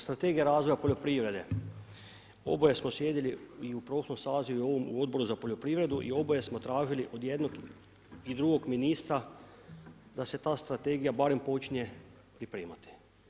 Strategija razvoja poljoprivrede, oboje smo sjedili i u prošlom sazivu i u ovom u Odboru za poljoprivredu i oboje smo tražili od jednog i drugog ministra da se ta strategija barem počinje pripremati.